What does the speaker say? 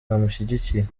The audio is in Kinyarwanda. bamushyigikiye